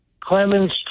Clemens